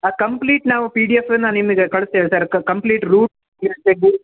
ಅದು ಕಂಪ್ಲೀಟ್ ನಾವು P D ಎಫನ್ನು ನಿಮಗೆ ಕಳಿಸ್ತೇವೆ ಸರ್ ಕಂಪ್ಲೀಟ್ ರೂಟ್ ಎಲ್ಲ ತೆಗೆದು